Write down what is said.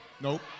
nope